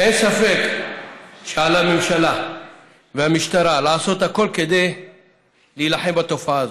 אין ספק שעל הממשלה והמשטרה לעשות הכול כדי להילחם בתופעה הזאת.